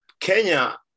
Kenya